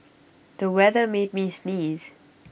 the weather made me sneeze